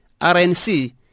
RNC